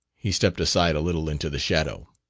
he stepped aside a little into the shadow.